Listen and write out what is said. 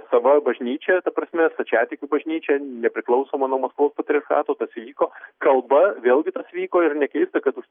sava bažnyčia ta prasme stačiatikių bažnyčia nepriklausoma nuo maskvos patriarchato tas įvyko kalba vėlgi tas vyko ir nekeista kad už